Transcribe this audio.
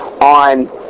on